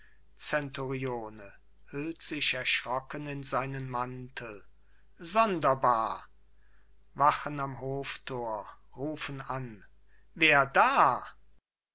zenturione hüllt sich erschrocken in seinen mantel sonderbar wachen am hoftor rufen an wer da